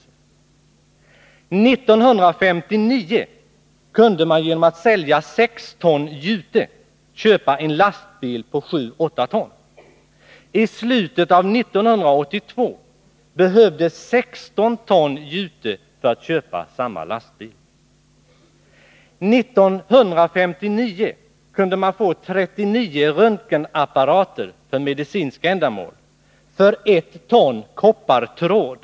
År 1959 kunde man genom att sälja 6 ton jute köpa en lastbil på 7-8 ton. I slutet av 1982 behövdes 16 ton jute för att köpa samma lastbil. År 1959 kunde man få 39 röntgenapparater för medicinska ändamål för 1 ton koppartråd.